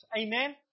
Amen